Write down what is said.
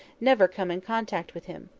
never came in contact with him.